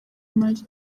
mali